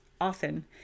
often